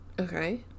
Okay